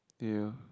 ya